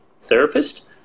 therapist